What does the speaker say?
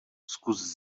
zkus